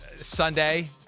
Sunday